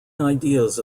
ideas